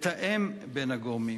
לתאם בין הגורמים.